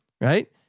right